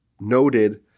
noted